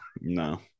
No